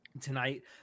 Tonight